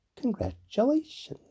congratulations